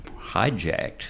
hijacked